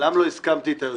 מעולם לא הסכמתי איתה יותר.